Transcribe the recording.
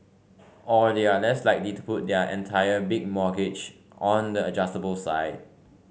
or they are less likely to put their entire big mortgage on the adjustable side